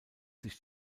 sich